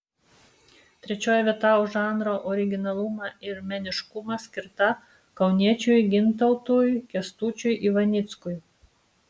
trečioji vieta už žanro originalumą ir meniškumą skirta kauniečiui gintautui kęstučiui ivanickui